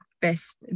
best